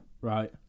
Right